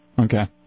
Okay